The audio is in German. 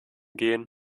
gehen